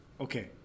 Okay